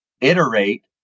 iterate